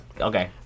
Okay